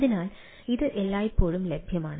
അതിനാൽ ഇത് എല്ലായ്പ്പോഴും ലഭ്യമാണ്